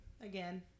Again